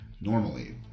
normally